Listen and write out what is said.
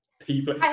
people